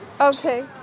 Okay